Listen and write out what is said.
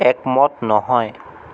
একমত নহয়